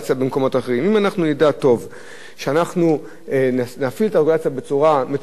אם נדע להפעיל את הרגולציה בצורה מתוכננת ומושכלת